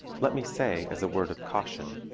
let me say, as a word of caution,